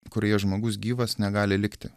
kurioje žmogus gyvas negali likti